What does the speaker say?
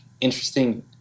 interesting